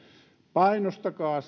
painostakaa